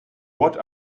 what